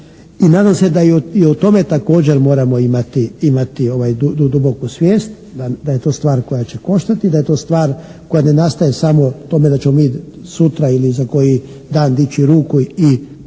I nadam se i da u o tome također moramo imati tu duboku svijest, da je to stvar koja će koštati, da je to stvar koja ne nastaje samo u tome da ćemo mi sutra ili za koji dan dići ruku i upravo